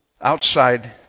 outside